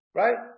right